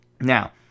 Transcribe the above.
Now